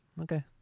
Okay